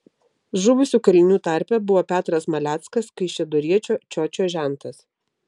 žuvusių kalinių tarpe buvo ir petras maleckas kaišiadoriečio čiočio žentas